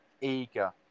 eager